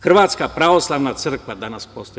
Hrvatska pravoslavna crkva danas postoji.